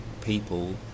people